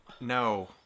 No